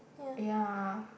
ya